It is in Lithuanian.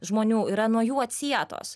žmonių yra nuo jų atsietos